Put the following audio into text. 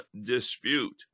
dispute